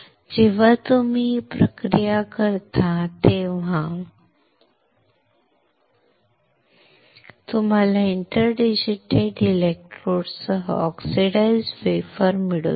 जेव्हा तुम्ही ही प्रक्रिया करता तेव्हा तुम्हाला इंटर डिजीटेटेड इलेक्ट्रोडसह ऑक्सिडाइज्ड वेफर मिळू शकते